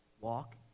Walk